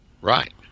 Right